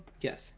Yes